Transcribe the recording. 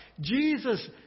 Jesus